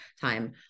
time